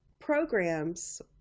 programs